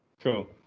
Cool